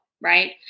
Right